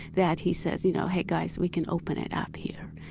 that he says, you know, hey guys, we can open it up here.